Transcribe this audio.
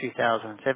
2007